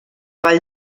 vall